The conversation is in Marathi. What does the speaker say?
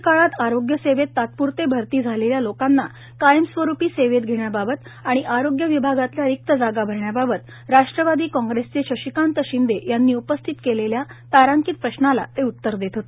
कोविड काळात आरोग्य सेवेत तात्पूरते भरती झालेल्या लोकांना कायमस्वरूपी सेवेत घेण्याबाबत आणि आरोग्य विभागातल्या रिक्त जागा भरण्याबाबत राष्ट्रवादी काँप्रेसचे शशिकांत शिंदे यांनी उपस्थित केलेल्या तारांकित प्रश्नाला ते उत्तर देत होते